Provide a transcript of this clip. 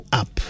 up